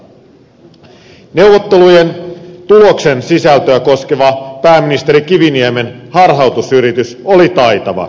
neuvottelujen tuloksen sisältöä koskeva pääministeri kiviniemen harhautusyritys oli taitava